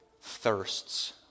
thirsts